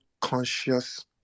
conscious